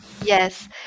Yes